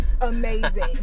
amazing